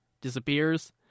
disappears